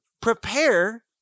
Prepare